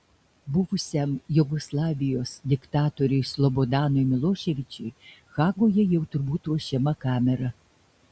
buvusiam jugoslavijos diktatoriui slobodanui miloševičiui hagoje jau turbūt ruošiama kamera